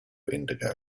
indigo